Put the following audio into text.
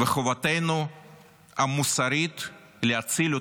וחובתנו המוסרית להציל אותם,